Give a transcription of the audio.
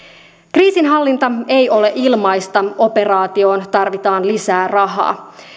kriisinhallinta ei ole ilmaista operaatioon tarvitaan lisää rahaa